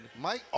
Mike